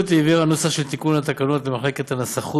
הרשות העבירה נוסח של תיקון התקנות למחלקת הנסחות